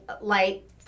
light